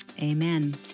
Amen